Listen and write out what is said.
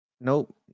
nope